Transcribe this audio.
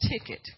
ticket